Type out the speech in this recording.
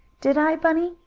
did i, bunny?